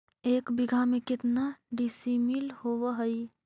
एक बीघा में केतना डिसिमिल होव हइ?